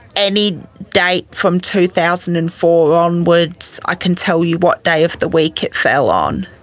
any date from two thousand and four onwards i can tell you what day of the week it fell on.